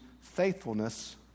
faithfulness